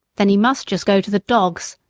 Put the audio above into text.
then he must just go to the dogs,